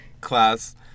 class